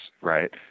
right